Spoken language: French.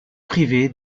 privé